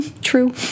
true